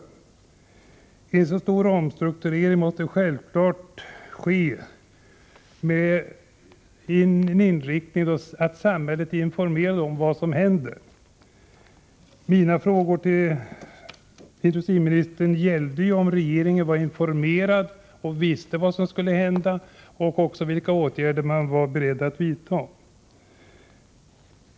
Vid en så stor omstrukturering som det här är fråga om måste självfallet samhället hållas informerat om vad som händer. Mina frågor till industriministern gällde ju om regeringen var informerad och visste vad som skulle hända, och också vilka åtgärder man var beredd att vidta.